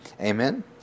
Amen